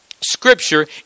Scripture